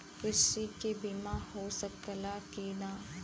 कृषि के बिमा हो सकला की ना?